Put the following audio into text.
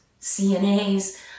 CNAs